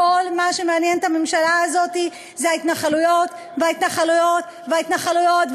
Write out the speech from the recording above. כל מה שמעניין את הממשלה הזאת זה ההתנחלויות וההתנחלויות וההתנחלויות,